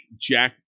Jack